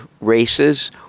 races